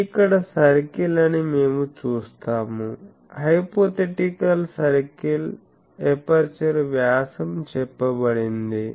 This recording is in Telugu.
ఇది ఇక్కడ సర్కిల్ అని మేము చూస్తాము హైపోథెటికల్ సర్కిల్ ఎపర్చరు వ్యాసం చెప్పబడింది